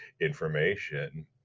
information